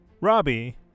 Robbie